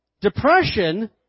depression